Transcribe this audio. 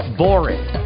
boring